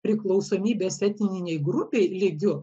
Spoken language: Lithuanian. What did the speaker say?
priklausomybės etninei grupei lygiu